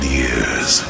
years